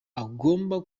agomba